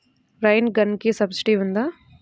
Rain గన్కి subsidy ఉందా?